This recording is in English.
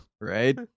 Right